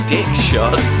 Dickshot